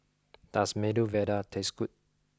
does Medu Vada taste good